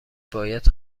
باید